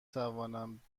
توانم